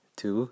Two